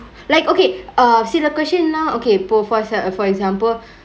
like okay err see the question now po~ for example